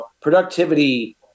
productivity